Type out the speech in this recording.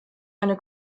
eine